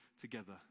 together